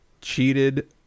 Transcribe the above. cheated